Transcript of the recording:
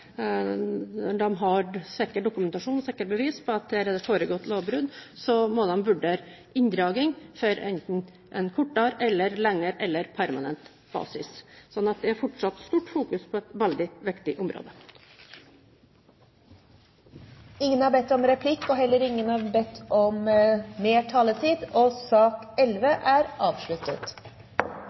har sikker dokumentasjon og sikre bevis på at her har det foregått lovbrudd, må de vurdere inndragning enten for en kortere eller lengre periode eller på permanent basis. Det er fortsatt stort fokus på et veldig viktig område. Flere har ikke bedt om